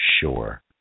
sure